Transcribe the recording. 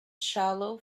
shallow